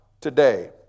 today